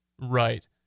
Right